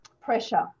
pressure